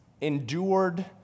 endured